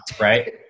right